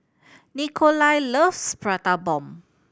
Nikolai loves Prata Bomb